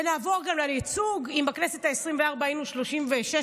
ונעבור גם לייצוג: אם בכנסת העשרים-וארבע היינו 36 נשים,